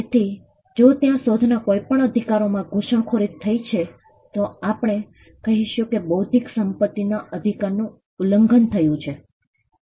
તેથી જો ત્યાં શોધના કોઈપણ અધિકારોમાં ઘૂસણખોરી થઈ છે તો આપણે કહીશું કે બૌદ્ધિક સંપત્તિના અધિકારનું ઉલ્લંઘન થયું છે